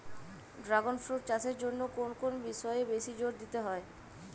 Dragon fruit চাষের জন্য কোন কোন বিষয়ে বেশি জোর দিতে হয়?